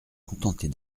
contentez